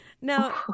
Now